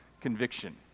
conviction